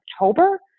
October